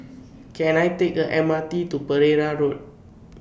Can I Take A M R T to Pereira Road